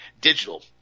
digital